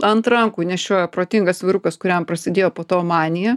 ant rankų nešiojo protingas vyrukas kuriam prasidėjo po to manija